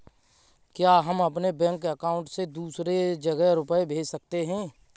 क्या हम अपने बैंक अकाउंट से दूसरी जगह रुपये भेज सकते हैं?